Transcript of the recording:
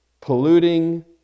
polluting